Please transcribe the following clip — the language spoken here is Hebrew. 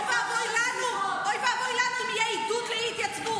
אוי ואבוי לנו אם יהיה עידוד לאי-התייצבות